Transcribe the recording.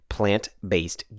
Plant-Based